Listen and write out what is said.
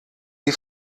die